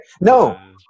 No